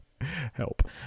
help